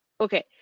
okay